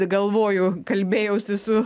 galvoju kalbėjausi su